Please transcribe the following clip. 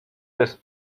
des